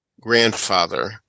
grandfather